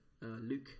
Luke